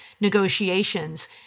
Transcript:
negotiations